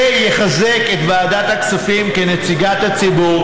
זה יחזק את ועדת הכספים כנציגת הציבור